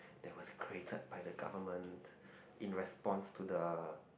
they must created by the government in response to the